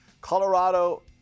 Colorado